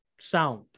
sound